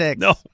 No